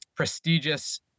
Prestigious